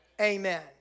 Amen